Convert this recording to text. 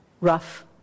rough